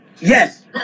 Yes